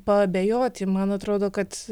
paabejoti man atrodo kad